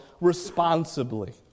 responsibly